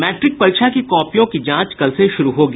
matric परीक्षा की कॉपियों की जांच कल से शुरू होगी